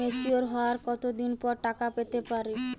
Mature হওয়ার কত দিন পর টাকা পেতে পারি?